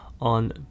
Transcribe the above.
on